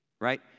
right